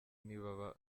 ntibaba